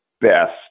best